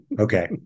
Okay